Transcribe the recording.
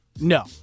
No